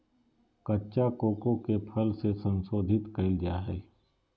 कच्चा कोको के फल के संशोधित कइल जा हइ